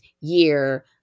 year